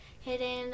hidden